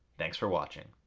thanks for watching.